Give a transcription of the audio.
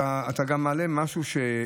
אתה גם מעלה משהו,